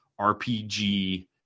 RPG